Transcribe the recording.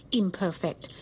imperfect